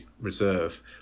reserve